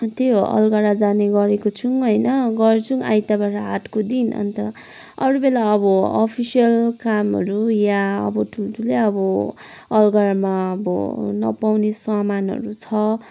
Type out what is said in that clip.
त्यो अलगढा जाने गरेको छौँ होइन गर्छौँ आइतबार हाटको दिन अन्त अरू बेला अब अफिसियल कामहरू या अब ठुल्ठुलै अब अलगढामा अब नपाउने सामानहरू छ